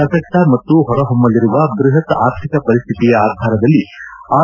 ಪ್ರಸಕ್ತ ಮತ್ತು ಹೊರಹೊಮ್ಸಲಿರುವ ಬೃಹತ್ ಅರ್ಥಿಕ ಪರಿಸ್ಟಿತಿಯ ಆಧಾರದಲ್ಲಿ ಆರ್